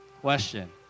question